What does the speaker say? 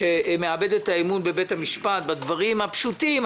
שמאבד את האמון בבית המשפט בדברים הפשוטים.